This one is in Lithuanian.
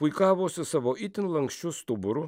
puikavosi savo itin lanksčiu stuburu